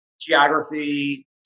geography